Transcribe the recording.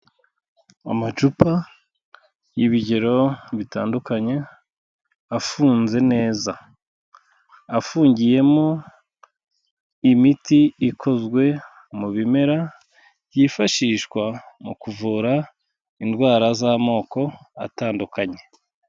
Amacupa y'ibigero bitandukanye afunze neza, afungiyemo imiti ikozwe mu bimera byifashishwa mu kuvura indwara z'amoko atandukanye.